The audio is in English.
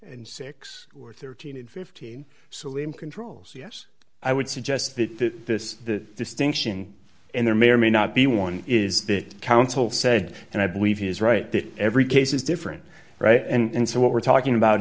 and six or thirteen and fifteen so in controls yes i would suggest that this the distinction and there may or may not be one is bit counsel said and i believe he is right that every case is different right and so what we're talking about